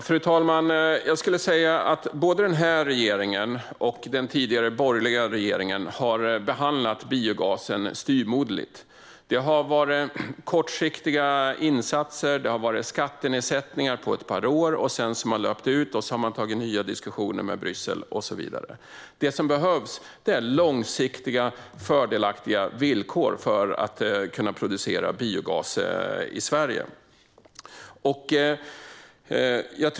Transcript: Fru talman! Jag skulle säga att både denna regering och den tidigare borgerliga regeringen har behandlat biogasen styvmoderligt. Det har varit kortsiktiga insatser och skattenedsättningar på ett par år som sedan har löpt ut, och så har man tagit nya diskussioner med Bryssel och så vidare. Det som behövs är långsiktiga, fördelaktiga villkor för att kunna producera biogas i Sverige.